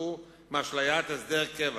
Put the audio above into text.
שיתפכחו מאשליית הסדר הקבע.